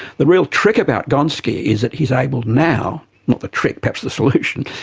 the real trick about gonski is that he's able now, not the trick, perhaps the solution,